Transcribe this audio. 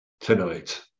tonight